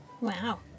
Wow